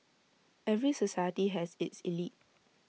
every society has its elite